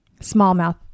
Smallmouth